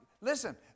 listen